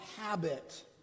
habit